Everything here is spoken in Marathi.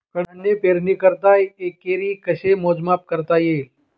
कडधान्य पेरणीकरिता एकरी कसे मोजमाप करता येईल?